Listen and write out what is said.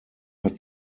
hat